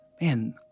man